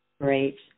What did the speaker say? Great